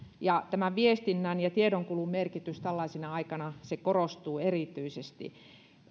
ja viestinnän ja tiedonkulun merkitys tällaisena aikana korostuu erityisesti